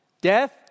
death